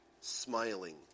smiling